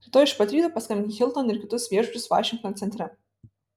rytoj iš pat ryto paskambink į hilton ir kitus viešbučius vašingtono centre